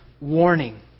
warning